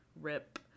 rip